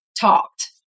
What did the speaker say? talked